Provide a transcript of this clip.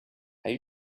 are